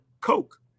Coke